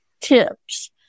tips